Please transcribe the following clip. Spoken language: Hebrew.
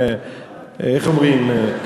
איך אומרים,